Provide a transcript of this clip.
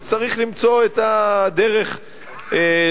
אז צריך למצוא את הדרך לייעל.